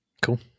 Cool